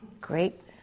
Great